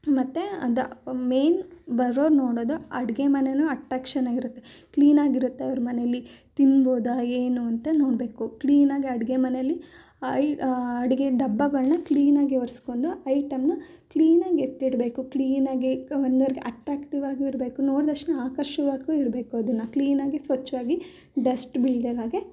ಮತ್ತೆ ಅದು ಮೈನ್ ಬರೋರು ನೋಡೋದು ಅಡುಗೆ ಮನೆಯೂ ಅಟ್ರ್ಯಾಕ್ಷನ್ ಆಗಿರುತ್ತೆ ಕ್ಲೀನಾಗಿರುತ್ತೆ ಅವ್ರ ಮನೆಯಲ್ಲಿ ತಿನ್ಬೋದಾ ಏನು ಅಂತ ನೋಡಬೇಕು ಕ್ಲೀನಾಗಿ ಅಡುಗೆ ಮನೆಯಲ್ಲಿ ಐ ಅಡುಗೆ ಡಬ್ಬಗಳನ್ನ ಕ್ಲೀನಾಗೆ ಒರ್ಸ್ಕೊಂಡು ಐಟಮ್ನ ಕ್ಲೀನಾಗಿ ಎತ್ತಿಡಬೇಕು ಕ್ಲೀನಾಗಿ ಬಂದವ್ರಿಗೆ ಅಟ್ರ್ಯಾಕ್ಟಿವಾಗಿಯೂ ಇರಬೇಕು ನೋಡ್ದಕ್ಷಣ ಆಕರ್ಷಕ್ವಾಗೂ ಇರಬೇಕು ಅದನ್ನು ಕ್ಲೀನಾಗಿ ಸ್ವಚ್ಛವಾಗಿ ಡಸ್ಟ್ ಬೀಳದೆ ಇರೋ ಹಾಗೆ